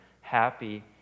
happy